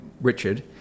Richard